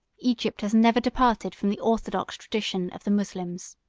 egypt has never departed from the orthodox tradition of the moslems.